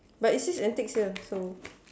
but it says antics here so